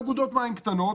אגודות מים קטנות.